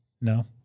no